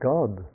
God